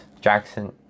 Jackson